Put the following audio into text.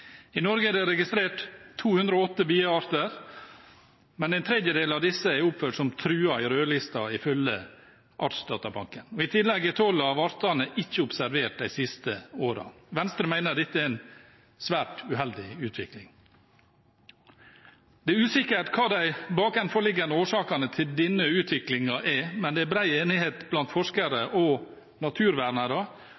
I Norge er det registrert 208 biearter, men en tredjedel av disse er oppført som truet i rødlista, ifølge Artsdatabanken, og i tillegg er tolv av artene ikke observert de siste årene. Venstre mener dette er en svært uheldig utvikling. Det er usikkert hva de bakenforliggende årsakene til denne utviklingen er, men det er bred enighet blant forskere